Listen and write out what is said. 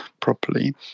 properly